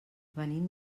venim